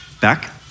back